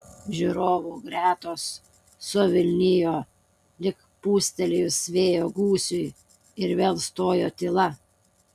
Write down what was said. žiūrovų gretos suvilnijo lyg pūstelėjus vėjo gūsiui ir vėl stojo tyla